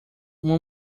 uma